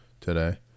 today